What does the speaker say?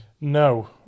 No